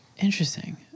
Interesting